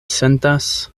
sentas